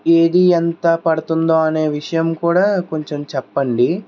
ఏది ఎంత పడుతుంది అనే విషయం కూడా కొంచెం చెప్పండి